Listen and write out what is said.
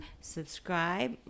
subscribe